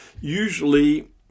usually